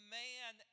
man